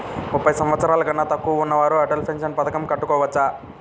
ముప్పై సంవత్సరాలకన్నా తక్కువ ఉన్నవారు అటల్ పెన్షన్ పథకం కట్టుకోవచ్చా?